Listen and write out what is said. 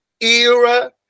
era